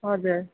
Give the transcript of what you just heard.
हजुर